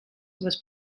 was